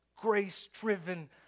grace-driven